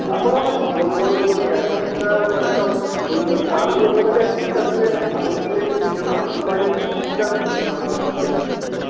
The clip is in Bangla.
তারপরও আবার কি বলবো বলো দিকিনি এখনকার মানে সব মাল নিয়ে চলে যায় পয়সা দেবে আলু তুলে কে ধান তুলে বুঝতে পারছো এরমভাবে আমাদের বিজনেস চলছে